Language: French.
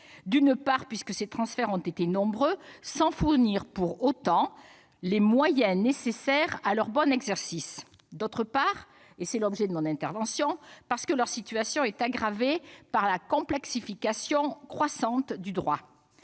D'une part, ces transferts ont été nombreux, et ils n'ont pas été accompagnés des moyens nécessaires à leur bon exercice. D'autre part, et c'est l'objet de mon intervention, leur situation est aggravée par la complexification croissante du droit.